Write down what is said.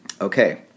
Okay